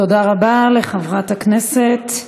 תודה רבה לחברת הכנסת.